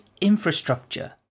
infrastructure